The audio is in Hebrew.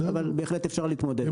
אבל בהחלט אפשר להתמודד עם זה.